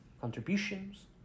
contributions